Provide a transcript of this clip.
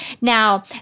now